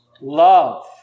Love